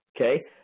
Okay